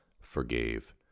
forgave